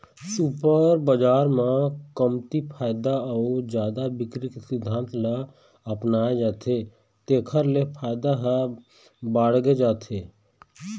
super बजार म कमती फायदा अउ जादा बिक्री के सिद्धांत ल अपनाए जाथे तेखर ले फायदा ह बाड़गे जाथे